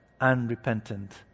unrepentant